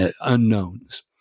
unknowns